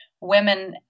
women